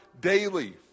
daily